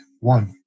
one